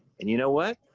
and you know what?